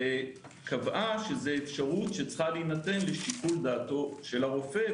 וקבעה שזו אפשרות שצריכה להינתן לשיקול דעתו של הרופא,